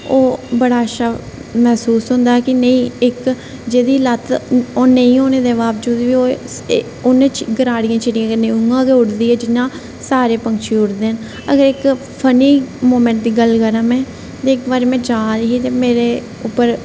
ओह् बड़ा अच्छा महसूस होंदा कि नेईं इक जेह्दी लत्त ओह् नेईं होने दे बावजूद बी ओह् गराड़ियें चिड़ियें कन्नै उ'आं गै उड्डदी ऐ जियां सारे पंछी उड्डदे न जियां इक फनी मूमेंट दी गल्ल करां में ते इक बारी में जा दी ही ते मेरे उप्पर